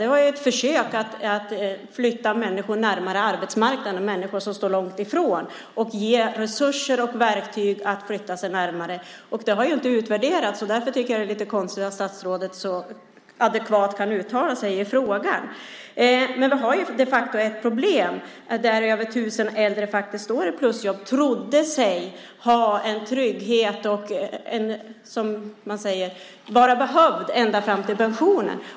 Det var ett försök att ge människor som stod långt från arbetsmarknaden resurser och verktyg att flytta sig närmare. Detta har inte utvärderats. Därför är det lite konstigt att statsrådet kan uttala sig med sådan säkerhet i frågan. Vi har de facto ett problem. Över 1 000 äldre med plusjobb trodde sig ha en trygghet. De trodde sig, som man säger, vara behövda ända fram till pensionen.